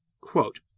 Quote